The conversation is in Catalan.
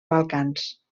balcans